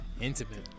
intimate